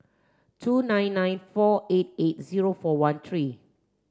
two nine nine four eight eight zero four one three